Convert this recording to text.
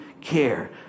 care